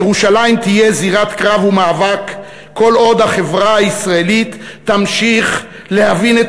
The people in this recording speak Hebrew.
ירושלים תהיה זירת קרב ומאבק כל עוד החברה הישראלית תמשיך להבין את